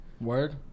Word